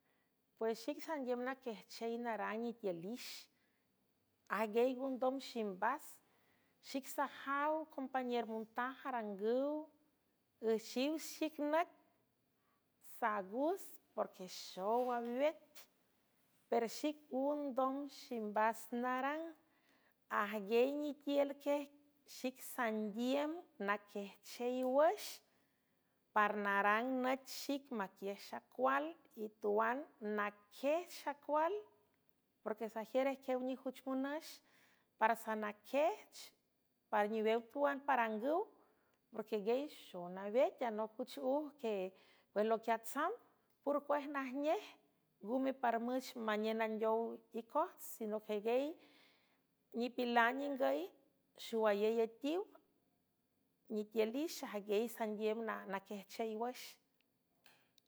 Pues xic sandiüm naquiejchey narang nitiülix ajnguiey ondom ximbas xic sajaw companer montaj arangüw üxhiw xic nüc saaguz porque xow awet per xic und dom ximbas narang ajguey nitielquiexic sandiüm naquiejchey wüx par narang nüch xic maquiej xacual y tuan naquiejch xacual porque sajiür ejquiew nijüch monüx para sanaquejch par niwew tuan parangüw porqueguiey xow nawet anoc jüch uj que puejloquiat sam porcuej najnej ngume par müch manien andeow icot sinoqegey nipilan ningüy xowayey üetiw nitiülix ajguiey sandiüm naquiejchey wüx.